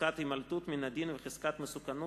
(חזקת הימלטות מן הדין וחזקת מסוכנות),